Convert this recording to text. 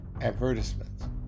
advertisements